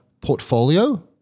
portfolio